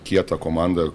kietą komandą